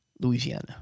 Louisiana